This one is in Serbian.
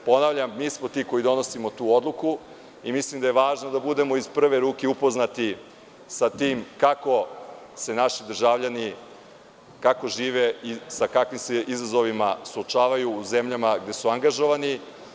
Ponavljam, mi smo ti koji donosimo tu odluku i mislim da je važno da budemo iz prve ruke upoznati sa tim kako žive naši državljani i sa kakvim se izazovima suočavaju u zemljama gde su angažovani.